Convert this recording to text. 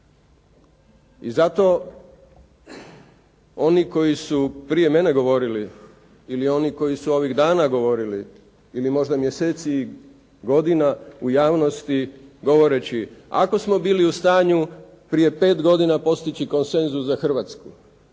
I zato oni koji su prije mene govorili ili oni koji su ovih dana govorili ili možda mjeseci, godina u javnosti govoreći ako smo bili u stanju prije pet godina postići konsenzus za Hrvatsku